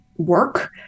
work